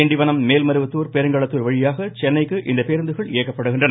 திண்டிவனம் மேல்மருவத்தூர் பெருங்களத்தூர் வழியாக சென்னைக்கு இப்பேருந்துகள் இயக்கப்படுகின்றன